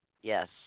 yes